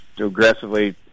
aggressively